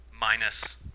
minus